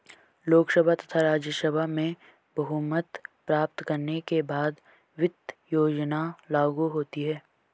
लोकसभा तथा राज्यसभा में बहुमत प्राप्त करने के बाद वित्त योजना लागू होती है